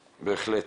בהחלט.